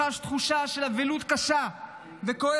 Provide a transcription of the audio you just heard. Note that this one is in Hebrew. חש תחושה של אבלות קשה וכואבת,